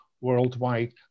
worldwide